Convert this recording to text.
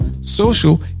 social